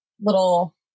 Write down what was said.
little